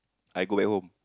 I go back home